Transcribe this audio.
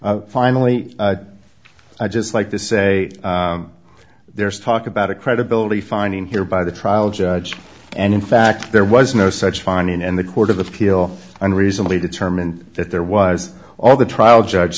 finally i'd just like to say there's talk about a credibility finding here by the trial judge and in fact there was no such finding and the court of appeal unreasonably determined that there was all the trial judge